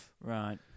Right